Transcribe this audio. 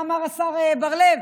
מה אמר השר בר לב?